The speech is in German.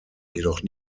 jedoch